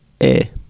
Air